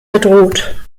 bedroht